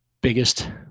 biggest